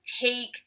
take